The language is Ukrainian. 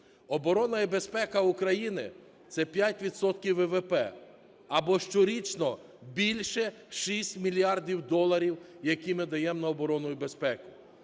Оборона і безпека України – це 5 відсотків ВВП або щорічно більше 6 мільярдів доларів, які ми даємо на оборону і безпеку.